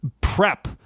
prep